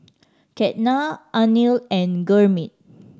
Ketna Anil and Gurmeet